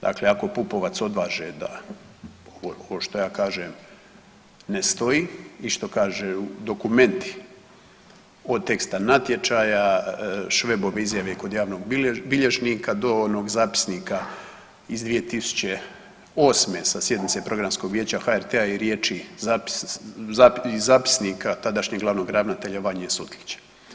Dakle, ako Pupovac odvaže da, košto ja kažem, ne stoji i što kažu dokumenti od teksta natječaja, Švebove izjave kod javnog bilježnika do onog zapisnika iz 2008. sa sjednice Programskog vijeća HRT-a i zapisnika tadašnjeg glavnog ravnatelja Vanje Sutlića.